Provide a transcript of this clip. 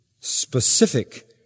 specific